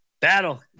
Battle